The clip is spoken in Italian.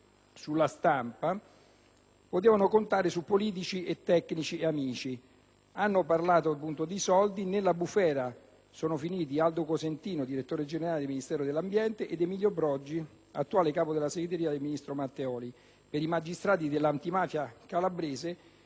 "La Stampa") - su politici e tecnici amici. Si parla di soldi e nella bufera sono finiti Aldo Cosentino, direttore generale del Ministero dell'ambiente ed Emilio Brogi, attuale capo della segreteria del ministro Matteoli. Per i magistrati dell'antimafia calabrese